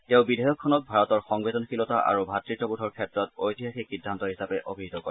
তেওঁ বিধেয়কখনক ভাৰতৰ সংবেদনশীলতা আৰু ভাতৃত্ববোধৰ ক্ষেত্ৰত ঐতিহাসিক সিদ্ধান্ত হিচাপে অভিহিত কৰে